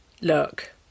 look